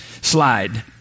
slide